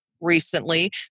recently